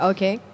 Okay